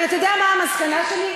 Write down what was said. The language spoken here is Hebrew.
אבל אתה יודע מה המסקנה שלי?